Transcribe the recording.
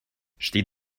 steht